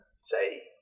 say